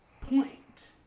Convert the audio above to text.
point